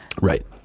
Right